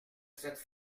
cette